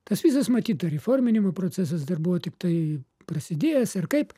tas visas matyt dar įforminimo procesas dar buvo tiktai prasidėjęs ar kaip